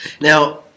now